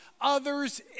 others